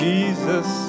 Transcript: Jesus